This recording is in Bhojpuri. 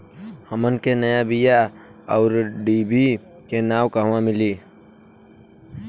हमन के नया बीया आउरडिभी के नाव कहवा मीली?